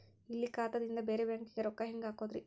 ಇಲ್ಲಿ ಖಾತಾದಿಂದ ಬೇರೆ ಬ್ಯಾಂಕಿಗೆ ರೊಕ್ಕ ಹೆಂಗ್ ಹಾಕೋದ್ರಿ?